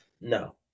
No